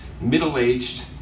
middle-aged